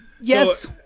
Yes